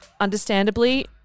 understandably